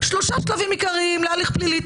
שלושה שלבים עיקריים להליך פלילי.